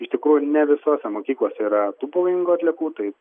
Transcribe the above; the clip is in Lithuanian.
iš tikrųjų ne visose mokyklose yra tų pavojingų atliekų tai